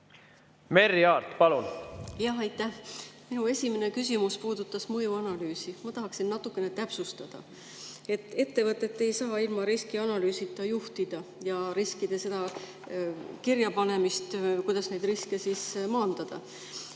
Merry Aart, palun!